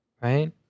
right